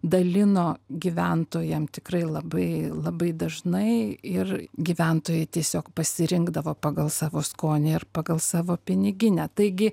dalino gyventojam tikrai labai labai dažnai ir gyventojai tiesiog pasirinkdavo pagal savo skonį ir pagal savo piniginę taigi